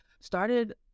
started